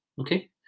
okay